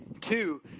Two